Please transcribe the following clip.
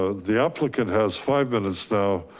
ah the applicant has five minutes now